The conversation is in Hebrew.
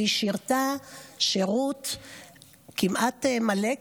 והיא שירתה כמעט מלא,